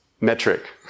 metric